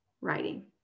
writing